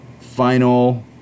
Final